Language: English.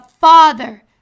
Father